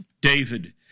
David